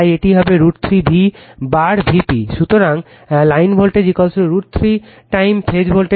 সুতরাং line voltage √ 3 time phase voltage